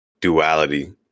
duality